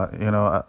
you know?